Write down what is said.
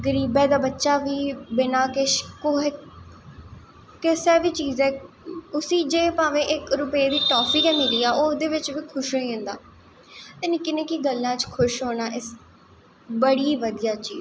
इक गरीबा दा बच्चा बी कुसा बी चीज़ां दी उसी भावें इक रपे दी टॉफी गै मिगी जा ते ओह् उस च बी खुश होई जंदा ते निक्की निक्की गल्लां च खुश होनां बड़ी बधिया चीज़ ऐ